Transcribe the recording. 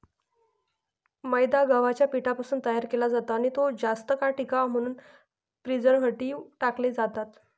मैदा गव्हाच्या पिठापासून तयार केला जातो आणि तो जास्त काळ टिकावा म्हणून प्रिझर्व्हेटिव्ह टाकले जातात